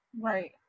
right